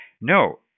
no